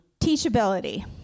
teachability